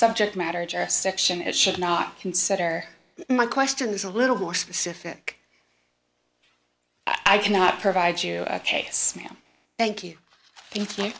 subject matter jurisdiction it should not consider my question is a little more specific i cannot provide you case ma'am thank you thank you